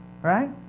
right